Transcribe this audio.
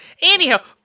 Anyhow